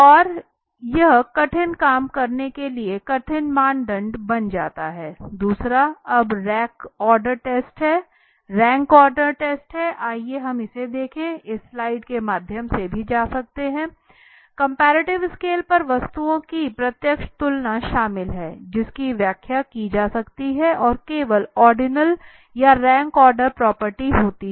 और यह कठिन काम करने के लिए कठिन मानदंड बन जाता है दूसरा अब रैंक ऑर्डर टेस्ट है आइए हम इसे देखें इस स्लाइड के माध्यम से भी जा सकते हैं कंपैरेटिव स्केल पर वस्तुओं की प्रत्यक्ष तुलना शामिल है जिसकी व्याख्या की जा सकती है और केवल ओर्डिनल या रैंक ऑर्डर प्रॉपर्टी होती है